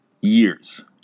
Years